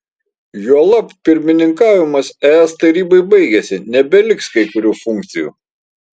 juolab pirmininkavimas es tarybai baigėsi nebeliks kai kurių funkcijų